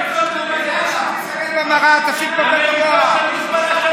מפלג, תסתכל במראה, תפסיק לבלבל את המוח.